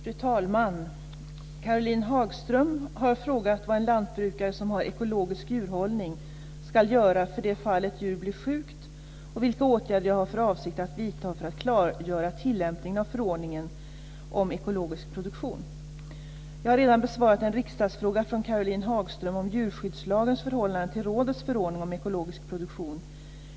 Fru talman! Caroline Hagström har frågat vad en lantbrukare som har ekologisk djurhållning ska göra i det fall ett djur blir sjukt och vilka åtgärder jag har för avsikt att vidta för att klargöra tillämpningen av förordningen 2092/91 om ekologisk produktion. Jag har redan besvarat en riksdagsfråga från Caroline Hagström om djurskyddslagens förhållande till rådets förordning om ekologisk produktion.